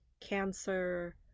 cancer